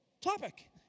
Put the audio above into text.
topic